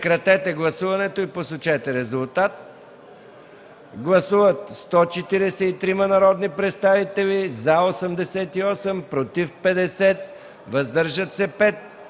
Прекратете гласуването и посочете резултата. Гласували 133 народни представители: за 93, против 8, въздържали се 32.